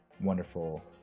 wonderful